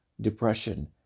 depression